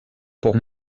pour